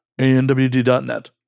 anwd.net